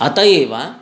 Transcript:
अत एव